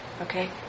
okay